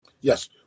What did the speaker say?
Yes